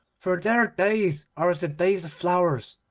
for their days are as the days of flowers.